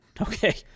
Okay